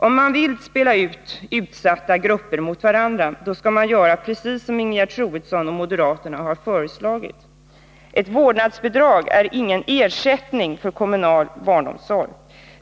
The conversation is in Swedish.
Om man vill spela ut utsatta grupper mot varandra, då skall man göra precis som Ingegerd Troedsson och de andra moderaterna har föreslagit. Ett vårdnadsbidrag är ingen ersättning för kommunal barnomsorg.